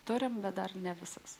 turime bet dar ne visas